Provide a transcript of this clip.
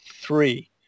three